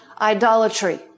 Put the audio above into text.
idolatry